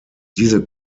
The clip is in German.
diese